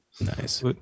Nice